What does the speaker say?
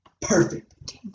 perfect